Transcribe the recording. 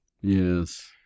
Yes